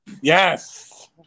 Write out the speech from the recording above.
Yes